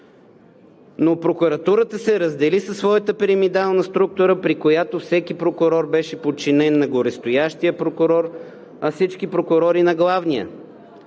Прокуратурата обаче се раздели със своята пирамидална структура, при която всеки прокурор беше подчинен на горестоящия прокурор, а всички прокурори на главния.